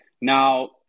Now